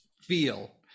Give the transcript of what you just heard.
feel